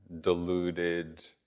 deluded